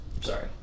sorry